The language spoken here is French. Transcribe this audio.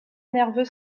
nerveux